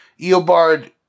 Eobard